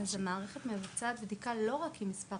אז המערכת מבצעת בדיקה לא רק באמצעות מספר